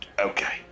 Okay